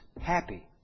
happy